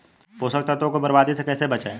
पोषक तत्वों को बर्बादी से कैसे बचाएं?